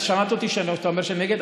לא, אם אתה, שמעת אותי אומר שאני נגד?